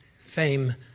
fame